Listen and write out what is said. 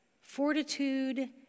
Fortitude